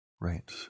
Right